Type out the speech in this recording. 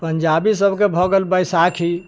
पंजाबी सभके भऽ गेल बैसाखी